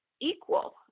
equal